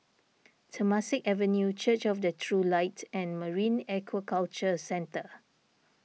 Temasek Avenue Church of the True Light and Marine Aquaculture Centre